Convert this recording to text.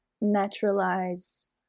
naturalize